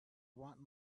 want